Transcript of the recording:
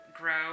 grow